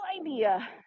idea